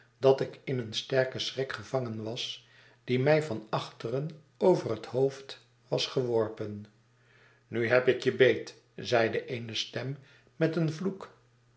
dat ik in een sterken strik gevangen was die mij van achteren over het hoofd was geworpen nu heb ik je beet zeide eene stem met een vloek